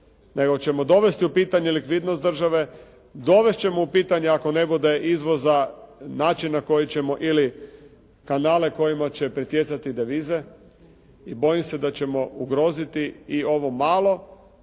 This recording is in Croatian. nego ćemo dovesti u pitanje likvidnost države, dovesti ćemo u pitanje ako ne bude izvoza, način na koji ćemo ili kanale kojima će pritjecati devize i bojim se da ćemo ugroziti i ovo malo